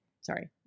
Sorry